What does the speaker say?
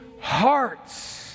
hearts